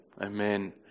amen